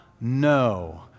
no